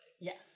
Yes